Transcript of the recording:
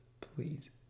please